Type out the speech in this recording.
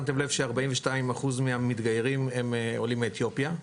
שמתם לב ש-42% מהמתגיירים הם עולים מאתיופיה.